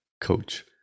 coach